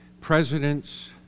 President's